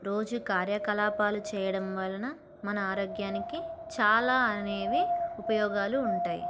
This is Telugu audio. రోజు కార్యకలాపాలు చేయడం వలన మన ఆరోగ్యానికి చాలా అనేవి ఉపయోగాలు ఉంటాయి